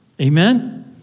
Amen